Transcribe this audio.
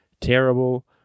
terrible